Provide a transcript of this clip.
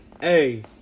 Hey